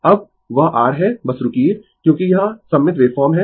अब वह r है बस रूकिये क्योंकि यह सममित वेवफॉर्म है